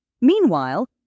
Meanwhile